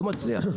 לא מצליח.